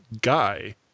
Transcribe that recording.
Guy